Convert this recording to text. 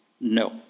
No